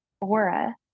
Aura